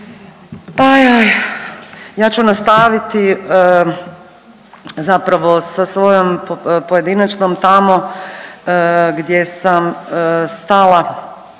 ja ću nastaviti zapravo sa svojom pojedinačnom tamo gdje sam stala